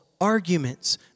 arguments